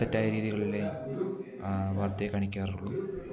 തെറ്റായ രീതികളിലേ വാർത്തയേ കാണിക്കാറുള്ളൂ